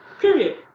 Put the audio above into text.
Period